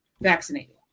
vaccinated